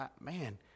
man